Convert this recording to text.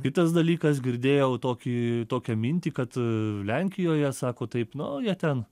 kitas dalykas girdėjau tokį tokią mintį kad lenkijoje sako taip nu jie ten